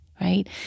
right